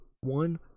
One